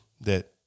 that-